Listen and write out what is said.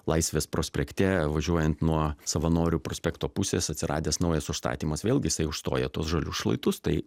laisvės prospekte važiuojant nuo savanorių prospekto pusės atsiradęs naujas užstatymas vėlgi jisai užstoja tuos žalius šlaitus tai